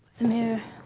the mirror.